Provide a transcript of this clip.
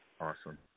Awesome